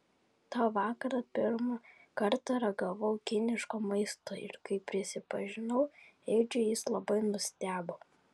tą vakarą pirmą kartą ragavau kiniško maisto ir kai prisipažinau edžiui jis labai nustebo